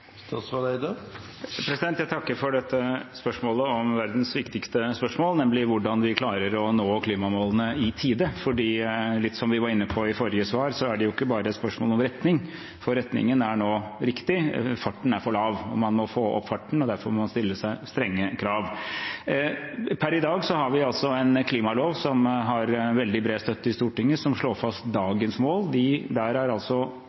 Jeg takker for dette spørsmålet om verdens viktigste spørsmål, nemlig hvordan vi klarer å nå klimamålene i tide. Som vi var litt inne på i forrige svar, er det ikke bare et spørsmål om retning, for retningen er nå riktig, men farten er for lav. Man må få opp farten, og derfor må man stille seg strenge krav. Per i dag har vi en klimalov, som har veldig bred støtte i Stortinget, som slår fast dagens mål. Der er altså